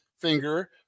finger